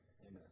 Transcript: Amen